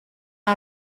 the